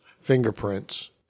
fingerprints